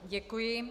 Děkuji.